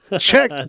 check